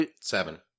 Seven